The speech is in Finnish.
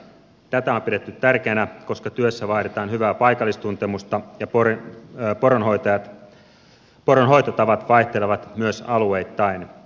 tätä on pidetty tärkeänä koska työssä vaaditaan hyvää paikallistuntemusta ja poronhoitotavat vaihtelevat myös alueittain